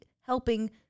helping